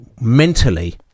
Mentally